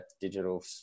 digital